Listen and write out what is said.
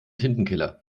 tintenkiller